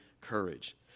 courage